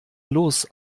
los